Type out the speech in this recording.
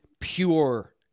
pure